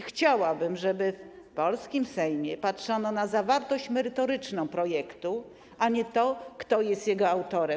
Chciałabym, żeby w polskim Sejmie patrzono na zawartość merytoryczną projektu, a nie na to, kto jest jego autorem.